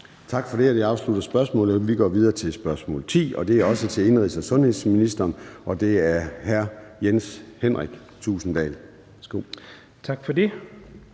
Tak for det, og det afsluttede spørgsmålet. Vi går videre til spørgsmål 10, og det er også til indenrigs- og sundhedsministeren, og det er af hr. Jens Henrik Thulesen Dahl. Kl.